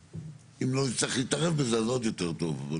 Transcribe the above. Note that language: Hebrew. אם לא נצטרך להתערב בזה, אז עוד יותר טוב.